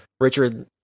Richard